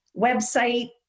website